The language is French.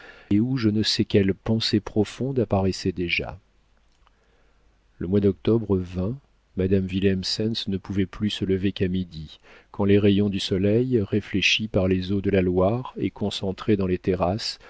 et où je ne sais quelle pensée profonde apparaissait déjà le mois d'octobre vint madame willemsens ne pouvait plus se lever qu'à midi quand les rayons du soleil réfléchis par les eaux de la loire et concentrés dans les terrasses